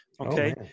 okay